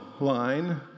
line